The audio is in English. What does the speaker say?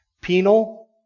Penal